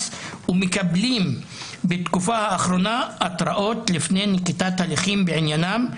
ומקבלים בתקופה האחרונה התראות לפני נקיטת הליכים בעניינם,